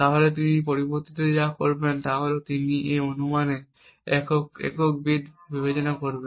তাহলে তিনি পরবর্তীতে যা করবেন তা হল তিনি এই অনুমানে একটি একক বিট বিবেচনা করবেন